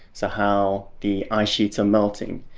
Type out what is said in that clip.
so how the ice sheets are melting.